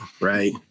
right